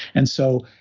and so,